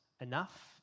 enough